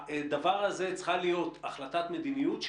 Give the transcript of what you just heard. הדבר הזה צריך להיות החלטת מדיניות,